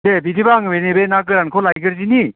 दे बिदिबा आङो नैबे ना गोरानखौ लायग्रोदिनि